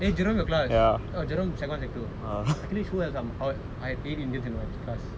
eh jerome your class jerome secondary one secondary two achilles who else ah I have eight indians my class